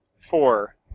four